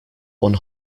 one